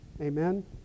Amen